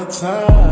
time